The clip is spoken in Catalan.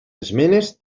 esmenes